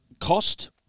cost